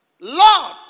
Lord